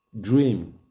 dream